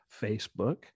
Facebook